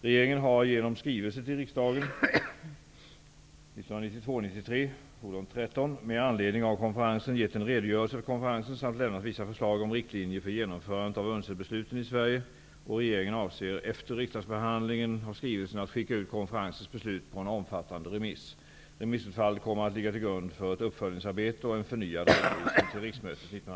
Regeringen har genom skrivelse till riksdagen UNCED-besluten i Sverige. Regeringen avser efter riksdagsbehandlingen av skrivelsen att skicka ut konferensens beslut på en omfattande remiss. Remissutfallet kommer att ligga till grund för ett uppföljningsarbete och en förnyad redovisning till riksmötet 1993/94.